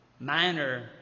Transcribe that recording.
Minor